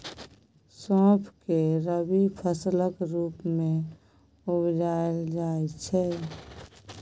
सौंफ केँ रबी फसलक रुप मे उपजाएल जाइ छै